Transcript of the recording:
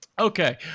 Okay